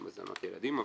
לא על מזונות ילדים,